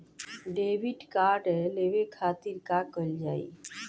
Debit card लेवे के खातिर का कइल जाइ?